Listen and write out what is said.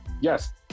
Yes